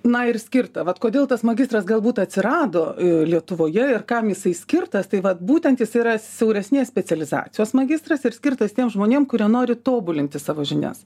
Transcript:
na ir skirta vat kodėl tas magistras galbūt atsirado lietuvoje ir kam jisai skirtas tai vat būtent jisai yra siauresnės specializacijos magistras ir skirtas tiem žmonėm kurie nori tobulinti savo žinias